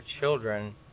children